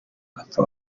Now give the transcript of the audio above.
bagapfa